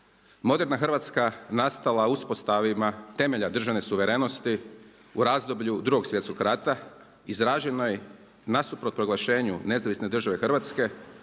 moderna Hrvatska nastala u uspostavi temelja državne suverenosti u razdoblju Drugog svjetskog rata izraženo je nasuprot proglašenju Nezavisne države Hrvatske